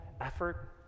effort